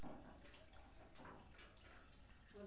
Asia मे सबसं पैघ जहाजक बेड़ा रहै, जाहि मे पैंतीस लाख जहाज रहै